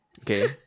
Okay